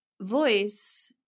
voice